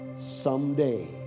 someday